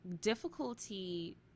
difficulty